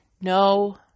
no